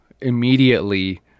immediately